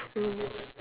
true